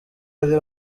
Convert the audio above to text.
ari